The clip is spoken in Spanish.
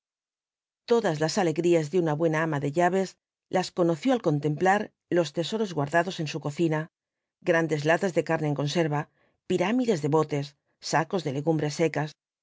todas las alegrías de una buena ama de llaves las conoció al contemplar los tesoros guardados en su cocina grandes latas de carne en conserva pirámides de botes sacos de legumbres secas